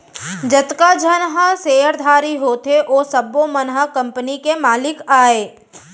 जतका झन ह सेयरधारी होथे ओ सब्बो मन ह कंपनी के मालिक अय